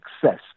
success